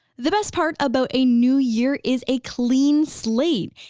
the best part about a new year is a clean slate,